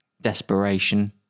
desperation